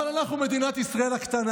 אבל אנחנו מדינת ישראל הקטנה,